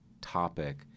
topic